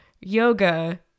yoga